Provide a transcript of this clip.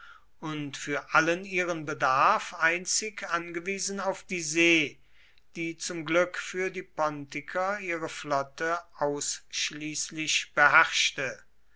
und für allen ihren bedarf einzig angewiesen auf die see die zum glück für die pontiker ihre flotte ausschließlich beherrschte